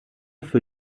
für